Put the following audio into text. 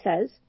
says